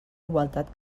igualtat